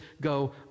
go